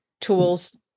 tools